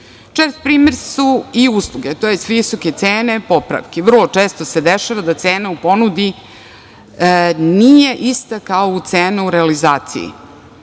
primer su i usluge tj. visoke cene, popravke. Vrlo često se dešava da cena u ponudi nije ista kao cena u realizaciji.